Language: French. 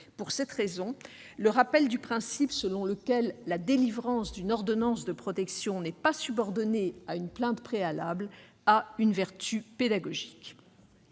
Pour cette raison, le rappel du principe selon lequel la délivrance d'une ordonnance de protection n'est pas subordonnée à une plainte préalable a une vertu pédagogique.